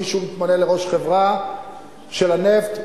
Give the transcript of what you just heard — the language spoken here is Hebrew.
מי שמתמנה לראש חברה של הנפט,